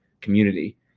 community